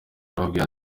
arababwira